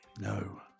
No